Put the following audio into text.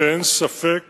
שאין ספק